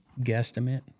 guesstimate